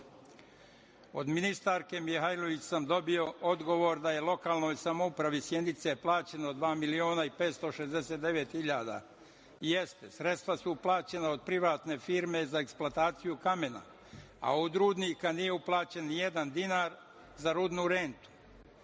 ministarke Mihajlović sam dobio odgovor da je lokalnoj samoupravi Sjenice plaćeno dva miliona i 569 hiljada. Sredstva su plaćena od privatne firme za eksploataciju kamena, a od rudnika nije uplaćen ni jedan dinar za rudnu rentu.